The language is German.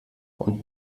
und